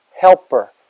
Helper